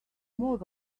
more